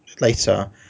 later